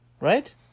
Right